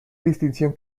distinción